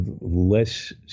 less